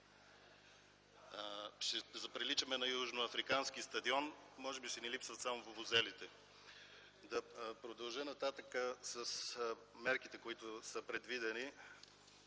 ще заприличаме на южноафрикански стадион, може би ще ни липсват само вузелите. Ще продължа нататък с мерките, които са предвидени